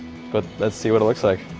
but let's see what it looks like!